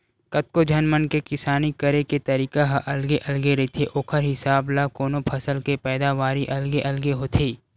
कतको झन मन के किसानी करे के तरीका ह अलगे अलगे रहिथे ओखर हिसाब ल कोनो फसल के पैदावारी अलगे अलगे होथे